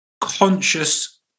conscious